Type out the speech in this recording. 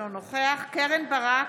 אינו נוכח קרן ברק,